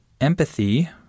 empathy